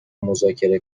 مذاکره